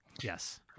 Yes